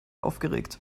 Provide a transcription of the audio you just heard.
aufgeregt